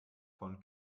von